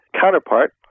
counterpart